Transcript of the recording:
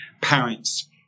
Parents